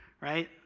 right